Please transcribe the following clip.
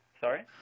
sorry